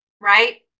right